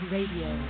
Radio